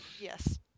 Yes